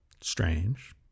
Strange